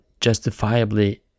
justifiably